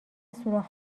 سوراخ